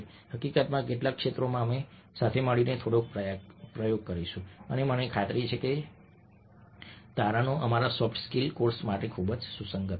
હકીકતમાં કેટલાક ક્ષેત્રોમાં અમે સાથે મળીને થોડો પ્રયોગ કરીશું અને મને ખાતરી છે કે તારણો અમારા સોફ્ટ સ્કિલ કોર્સ માટે ખૂબ જ સુસંગત હશે